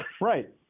Right